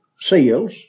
seals